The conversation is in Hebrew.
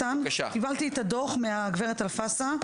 קיבלתי את הדוח מגברת עינת שגיא אלפסה.